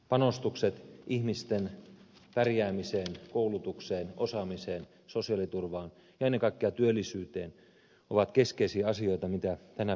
panostukset ihmisten pärjäämiseen koulutukseen osaamiseen sosiaaliturvaan ja ennen kaikkea työllisyyteen ovat keskeisiä asioita joita tänä päivänä tarvitaan